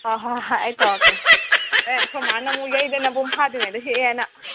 ꯑꯣ ꯍꯣ ꯍꯣ ꯍꯣꯏ ꯑꯩ ꯇꯧꯔꯛꯀꯦ ꯍꯣꯔꯦꯟ ꯑꯩꯈꯣꯏ ꯃꯥꯅ ꯑꯃꯨꯛ ꯌꯩꯗꯅ ꯍꯩꯕꯨꯝ ꯐꯥꯗ꯭ꯔꯤꯉꯩꯗ ꯍꯦꯛꯑꯦꯅ